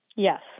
Yes